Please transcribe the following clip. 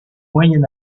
moyen